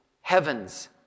heaven's